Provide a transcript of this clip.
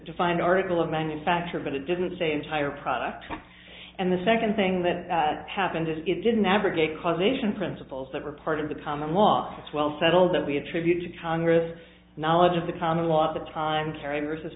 defined article of manufacture but it didn't say entire product and the second thing that happened is it didn't abrogate causation principles that were part of the common law as well settled that we attribute to congress knowledge of the common law at the time kerry versus